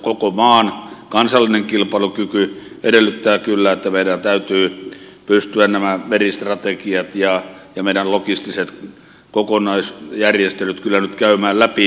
koko maan kansallinen kilpailukyky edellyttää kyllä että meidän täytyy nyt pystyä nämä meristrategiat ja meidän logistiset kokonaisjärjestelyt käymään läpi